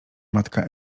matka